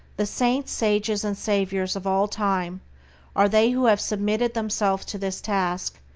the saints, sages, and saviors of all time are they who have submitted themselves to this task,